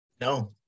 no